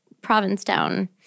Provincetown—